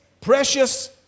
precious